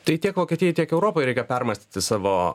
tai tiek vokietijai tiek europai reikia permąstyti savo